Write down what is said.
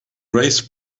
raised